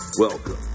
Welcome